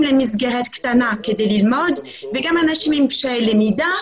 למסגרת קטנה כדי ללמוד וגם אנשים עם קשיי למידה,